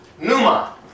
numa